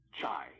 chai